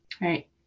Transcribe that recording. Right